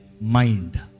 mind